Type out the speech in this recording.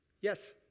Yes